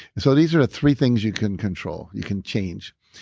so these are the three things you can control, you can change.